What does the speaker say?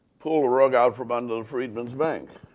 pulled the rug out from under the freedman's bank.